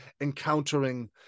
encountering